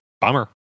bummer